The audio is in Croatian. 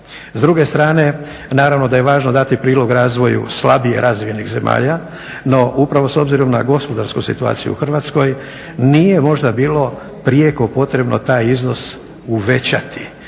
S druge strane naravno da je važno dati prilog razvoju slabije razvijenih zemalja, no upravo s obzirom na gospodarsku situaciju u Hrvatskoj nije možda bilo prijeko potrebno taj iznos uvećati